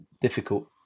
difficult